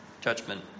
judgment